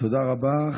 תודה רבה.